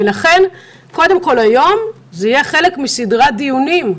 לכן היום יהיה חלק מסדרת דיונים.